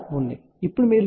ఇప్పుడు మీరు దీనిని 3